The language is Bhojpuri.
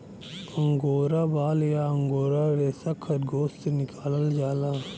अंगोरा बाल या अंगोरा रेसा खरगोस से निकालल जाला